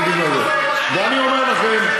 אני אומר לכם,